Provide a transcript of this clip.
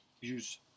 Use